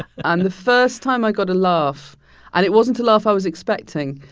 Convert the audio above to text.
and the first time i got a laugh and it wasn't a laugh i was expecting.